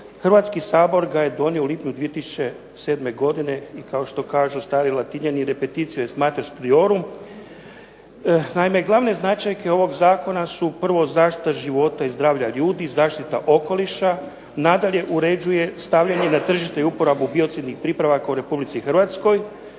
Hrvatski sabor ga je donio u lipnju 2007. godine i kao što kažu stari Latinjani repetitio es mater studiorum, naime glavne značajke ovog zakona su prvo zaštita života i zdravlja ljudi, zaštita okoliša, nadalje, uređuje stavljanje na tržište i uporabu biocidnih pripravaka u RH. Zatim,